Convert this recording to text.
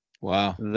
Wow